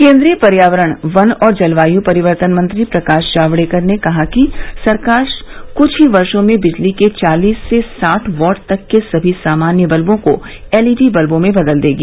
केंद्रीय पर्यावरण वन और जलवायु परिवर्तन मंत्री प्रकाश जावड़ेकर ने कहा है कि सरकार कुछ ही वर्षो में बिजली के चालीस से साठ वाट तक के सभी सामान्य बत्बों को एलईडी बत्बों में बदल देगी